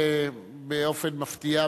באופן מפתיע,